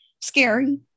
scary